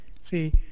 see